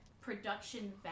production